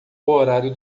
horário